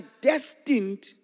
destined